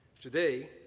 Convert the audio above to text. Today